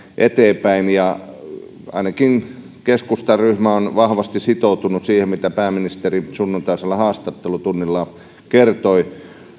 eteenpäin ainakin keskustan ryhmä on vahvasti sitoutunut siihen mitä pääministeri sunnuntaisella haastattelutunnillaan kertoi